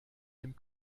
dem